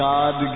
God